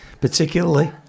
particularly